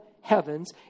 heavens